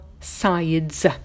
sides